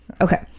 okay